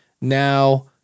now